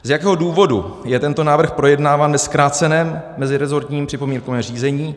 Z jakého důvodu je tento návrh projednáván ve zkráceném mezirezortním připomínkovém řízení?